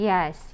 Yes